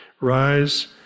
Rise